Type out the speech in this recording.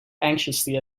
anxiously